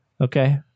Okay